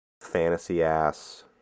fantasy-ass